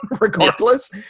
regardless